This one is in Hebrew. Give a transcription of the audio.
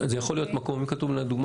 אם אום אל פחם לדוגמה